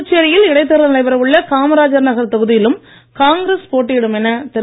புதுச்சேரியில் இடைத்தேர்தல் நடைபெற உள்ள காமராஜர் நகர் தொகுதியிலும் காங்கிரஸ் போட்டியிடும் என திரு